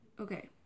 okay